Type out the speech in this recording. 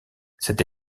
cette